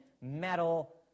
metal